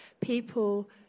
people